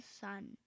sun